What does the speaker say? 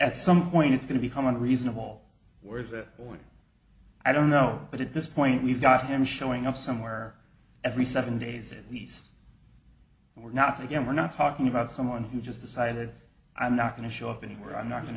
at some point it's going to become a reasonable word that one i don't know but at this point we've got him showing up somewhere every seven days at least and we're not again we're not talking about someone who just decided i'm not going to show up anywhere i'm not going